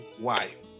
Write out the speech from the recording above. wife